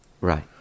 Right